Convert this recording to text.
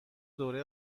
دوره